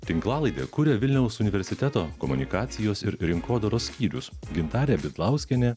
tinklalaidę kuria vilniaus universiteto komunikacijos ir rinkodaros skyrius gintarė bidlauskienė